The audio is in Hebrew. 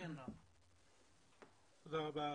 היום